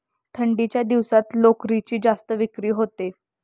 थंडीच्या दिवसात लोकरीची जास्त विक्री होते